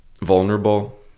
vulnerable